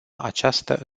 această